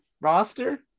Roster